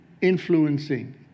influencing